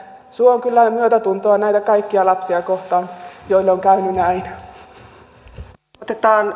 suon kyllä myötätuntoa kaikkia lapsia kohtaan joille on käynyt näin